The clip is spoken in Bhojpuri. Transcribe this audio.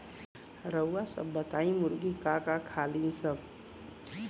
रउआ सभ बताई मुर्गी का का खालीन सब?